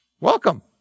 Welcome